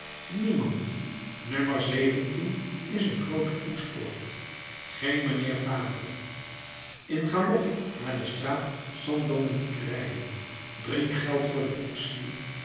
niemand nummer zeventien is een groote koetspoort geen mijnheer fabre in galop naar de straat st dominique rijden drinkgeld voor den koetsier